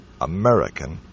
American